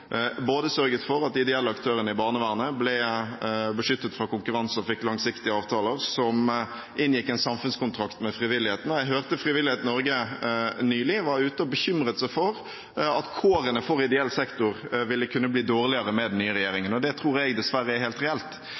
sørget for at de ideelle aktørene i barnevernet ble beskyttet mot konkurranse og fikk langsiktige avtaler som inngikk i en samfunnskontrakt med frivilligheten. Jeg hørte Frivillighet Norge nylig var ute og bekymret seg for at kårene for ideell sektor ville kunne bli dårligere med den nye regjeringen. Det tror jeg dessverre er helt reelt.